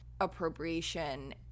appropriation